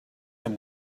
them